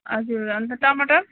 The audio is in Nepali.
हजुर अन्त टमाटर